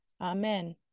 amen